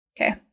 Okay